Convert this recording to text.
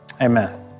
amen